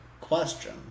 question